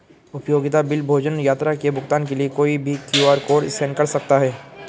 उपयोगिता बिल, भोजन, यात्रा के भुगतान के लिए कोई भी क्यू.आर कोड स्कैन कर सकता है